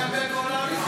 לוחם בגולני,